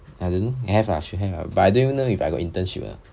I don't have I should have lah but I don't even know if I got internship ah